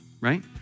right